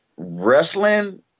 Wrestling